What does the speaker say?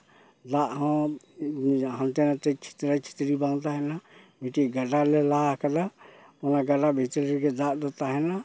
ᱫᱟᱜ ᱦᱚᱸ ᱦᱟᱱᱛᱮ ᱱᱟᱛᱮ ᱪᱷᱤᱛᱨᱟᱹ ᱪᱷᱤᱛᱨᱤ ᱵᱟᱝ ᱛᱟᱦᱮᱱᱟ ᱢᱤᱫᱴᱤᱡ ᱜᱟᱰᱟ ᱞᱮ ᱞᱟ ᱠᱟᱫᱟ ᱚᱱᱟ ᱜᱟᱰᱟ ᱵᱷᱤᱛᱨᱤ ᱨᱮᱜᱮ ᱫᱟᱜ ᱫᱚ ᱛᱟᱦᱮᱱᱟ